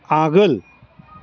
आगोल